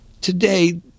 Today